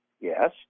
yes